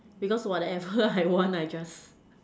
because whatever I want I just